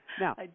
Now